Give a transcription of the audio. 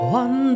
one